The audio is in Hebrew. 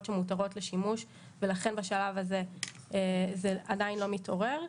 שמותרות לשימוש ולכן בשלב הזה זה עדיין לא מתעורר.